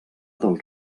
del